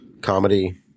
comedy